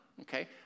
okay